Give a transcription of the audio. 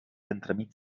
entremig